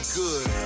good